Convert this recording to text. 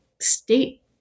state